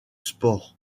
sport